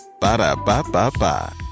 Ba-da-ba-ba-ba